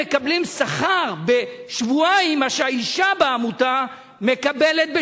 הם מקבלים שכר בשבועיים מה שהאשה בעמותה מקבלת בשנה.